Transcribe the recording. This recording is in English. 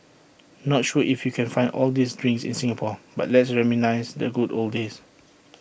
not sure if you can find all these drinks in Singapore but let's reminisce the good old days